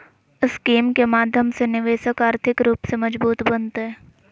scheme के माध्यम से निवेशक आर्थिक रूप से मजबूत बनतय